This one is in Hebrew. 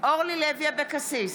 אורלי לוי אבקסיס,